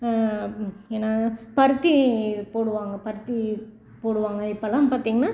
என்ன பருத்தி போடுவாங்க பருத்தி போடுவாங்க இப்பெலாம் பார்த்தீங்கன்னா